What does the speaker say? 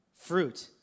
fruit